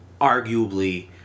arguably